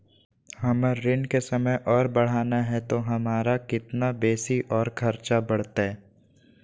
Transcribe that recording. हमर ऋण के समय और बढ़ाना है तो हमरा कितना बेसी और खर्चा बड़तैय?